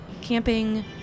camping